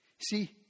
See